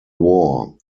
war